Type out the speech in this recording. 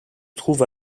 trouve